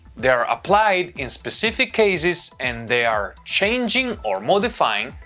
they're applied in specific cases and they are changing or modifying,